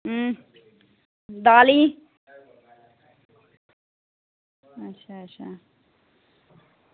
अं दालीं अच्छा अच्छा